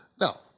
Now